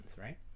right